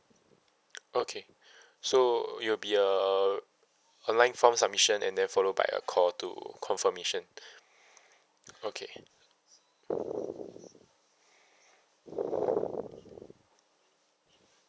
okay so it will be a online form submission and then followed by a call to confirmation okay